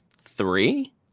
three